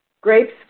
grapes